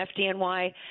FDNY